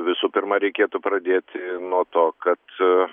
visų pirma reikėtų pradėti nuo to kad aaa